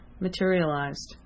materialized